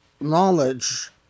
knowledge